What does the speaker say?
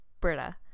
Britta